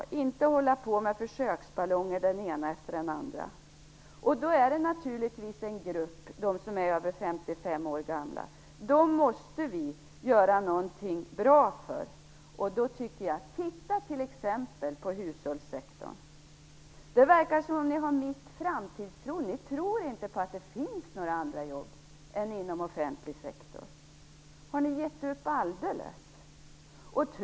De skall inte hålla på med den ena efter den andra försöksballongen. De som är över 55 år gamla är naturligtvis en grupp som vi måste göra någonting bra för. Titta t.ex. på hushållssektorn. Det verkar som om Socialdemokraterna har mist framtidstron. De tror inte att det finns några andra jobb än inom den offentliga sektorn. Har de gett upp alldeles?